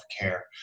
Care